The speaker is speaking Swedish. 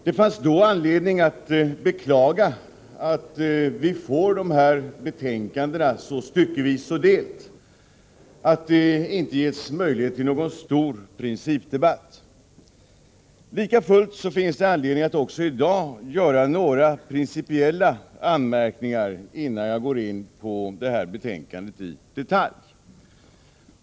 Det fanns då anledning att beklaga att vi får dessa betänkanden så styckevis och delat att det inte ges möjlighet till någon stor principdebatt. Lika fullt finns det anledning att också i dag göra några principiella anmärkningar innan jag går in på detta betänkande i detalj.